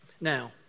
Now